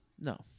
No